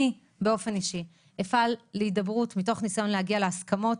אני באופן אישית אפעל להידברות מתוך ניסיון להגיע להסכמות,